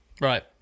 Right